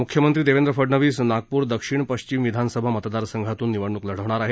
मुख्यमंत्री देवेंद्र फडणवीस नागपूर दक्षिण पश्चिम विधानसभा मतदारसंघातून निवडणूक लढवणार आहेत